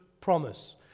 promise